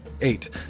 eight